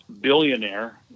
billionaire